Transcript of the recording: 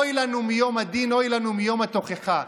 אוי לנו מיום הדין, אוי לנו מיום התוכחה.